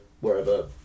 wherever